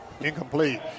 incomplete